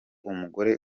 umugore